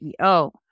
CEO